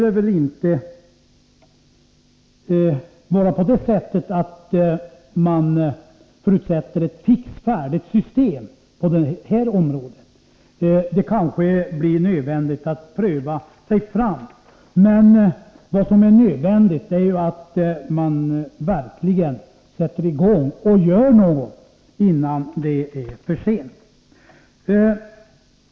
Jag tror inte att man kan förutsätta ett fixt och färdigt system på det här området. Det blir kanske nödvändigt att pröva sig fram. Men vad som är nödvändigt är att man verkligen sätter i gång och gör något, innan det är för sent.